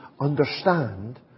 understand